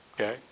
okay